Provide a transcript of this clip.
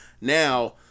Now